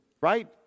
right